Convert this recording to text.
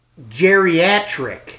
Geriatric